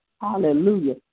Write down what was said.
hallelujah